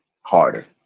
harder